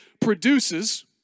produces